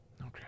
Okay